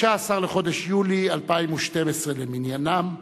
יולי 2012 למניינם.